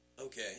Okay